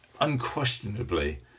unquestionably